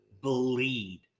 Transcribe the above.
bleed